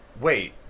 wait